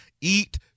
eat